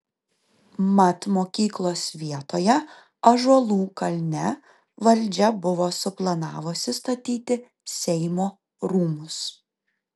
mat mokyklos vietoje ąžuolų kalne valdžia buvo suplanavusi statyti seimo rūmus